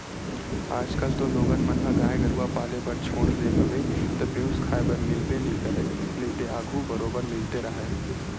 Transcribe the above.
आजकल तो लोगन मन ह गाय गरुवा पाले बर छोड़ देय हवे त पेयूस खाए बर मिलबे नइ करय नइते आघू बरोबर मिलते राहय